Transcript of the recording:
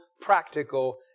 practical